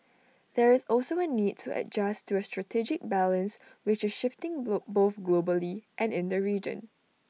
there is also A need to adjust to A strategic balance which is shifting both globally and in the region